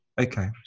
okay